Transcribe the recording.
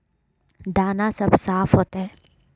दाना सब साफ होते?